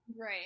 Right